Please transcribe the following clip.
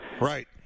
Right